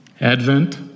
Advent